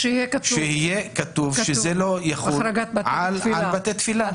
שיהיה כתוב שזה לא יחול על בתי התפילה, זה הכול.